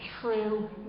true